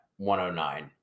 109